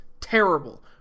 Terrible